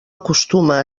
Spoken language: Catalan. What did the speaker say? acostuma